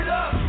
up